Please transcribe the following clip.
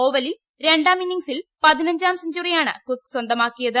ഓവലിൽ രണ്ടാം ഇന്നിങ്ങ്സിൽ പതിനഞ്ചാം സെഞ്ചറിയാണ് കുക്ക് സ്വന്തമാക്കിയത്